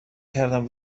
کردم